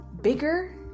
bigger